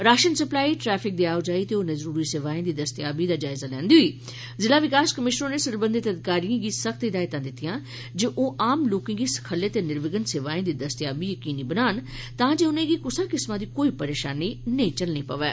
ration supply traffic दी आओजाई ते होरनें जरूरी सेवाएं दी दस्तयाबी दा जायजा लैंदे होई जिला विकास कमिशनर होरें सरबंधत अधिकारिए सख्त हिदायतां दित्तिआं जे ओह् आम लोकें गी सखल्ले ते र्निविघ्न सेवाएं दी दस्तयाबी यकीनी बनान तांजे उनें'गी कुसा किस्मै दी कोई परेशानी नेई झल्लनी पवै